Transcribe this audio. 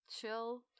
chill